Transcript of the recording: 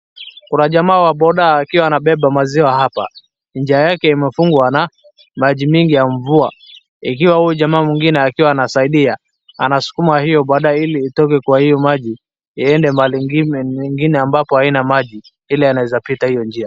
Kuna jamaa wa bodaa akiwa amebeba maziwa hapa. Njia yake imefungwa na maji mingi ya mvua ikiwa huyu jama mwingine akiwa anasaidia, anasukuma hiyo boda ili itoke kwa hiyo maji iende mahali nyingine ambapo haina maji ile inaeza pita hiyo njia.